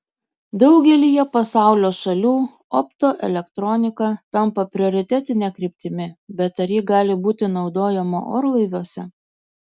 daugelyje pasaulio šalių optoelektronika tampa prioritetine kryptimi bet ar ji gali būti naudojama orlaiviuose